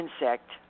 insect